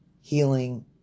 Healing